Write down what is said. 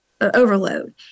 overload